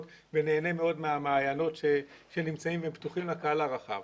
ונהנה מאוד מהמעיינות שנמצאים ופתוחים לקהל הרחב.